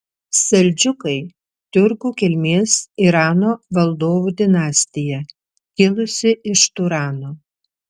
seldžiukai tiurkų kilmės irano valdovų dinastija kilusi iš turano